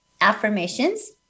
affirmations